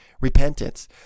repentance